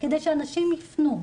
שאנשים יפנו.